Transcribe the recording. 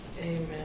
Amen